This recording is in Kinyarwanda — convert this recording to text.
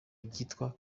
ryitwa